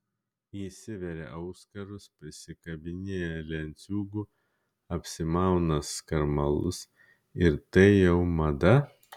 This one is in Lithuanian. įsiveria auskarus prisikabinėja lenciūgų apsimauna skarmalus ir tai jau mada